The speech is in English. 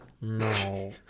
no